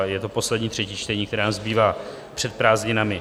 Je to poslední třetí čtení, které nám zbývá před prázdninami.